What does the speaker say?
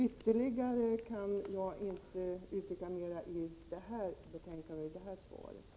Jag kan inte utveckla detta ytterligare i denna replik.